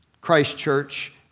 Christchurch